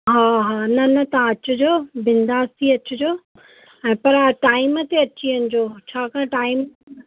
हा हा न न तव्हां अचिजो बिंदास थी अचिजो ऐं पर टाइम ते अची वञिजो छाकाणि टाइम